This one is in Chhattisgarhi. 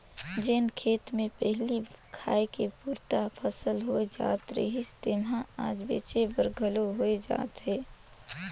जेन खेत मे पहिली खाए के पुरता फसल होए जात रहिस तेम्हा आज बेंचे बर घलो होए जात हे